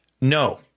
No